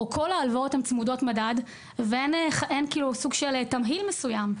או צמודות מדד ואין תמהיל מסוים.